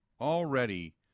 already –